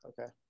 Okay